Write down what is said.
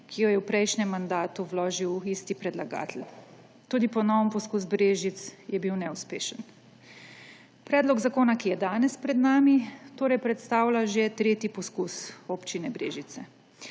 ki jo je v prejšnjem mandatu vložil isti predlagatelj. Tudi ponoven poskus Brežic je bil neuspešen. Predlog zakona, ki je danes pred nami, torej predstavlja že tretji poskus Občine Brežice.